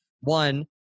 one